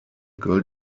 girl